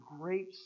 great